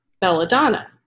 belladonna